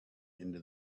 into